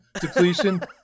depletion